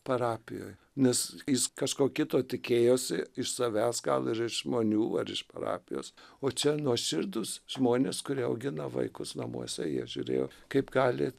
parapijoj nes jis kažko kito tikėjosi iš savęs gal ir iš žmonių ar iš parapijos o čia nuoširdūs žmonės kurie augina vaikus namuose jie žiūrėjo kaip gali